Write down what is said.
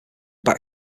back